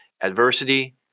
adversity